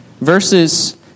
Verses